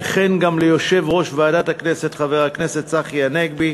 וכן גם ליושב-ראש ועדת הכנסת חבר הכנסת צחי הנגבי